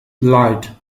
light